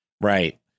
Right